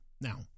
Now